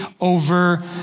over